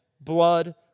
blood